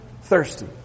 thirsty